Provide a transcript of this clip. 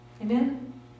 Amen